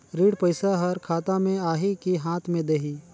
ऋण पइसा हर खाता मे आही की हाथ मे देही?